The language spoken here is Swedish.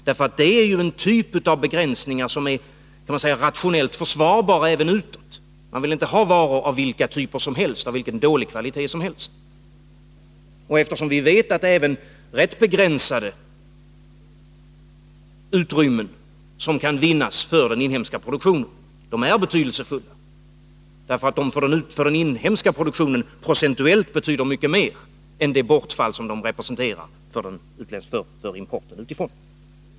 Det är en typ av begränsningar som är rationellt försvarbar även utåt — man vill inte ha varor av vilka typer som helst, av hur dålig kvalitet som helst. Därtill vet vi att även rätt begränsade utrymmen som kan vinnas för en inhemsk produktion är betydelsefulla. För den inhemska produktionen betyder de procentuellt mycket mer än det bortfall de representerar för importen utifrån.